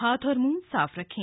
हाथ और मुंह साफ रखें